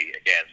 again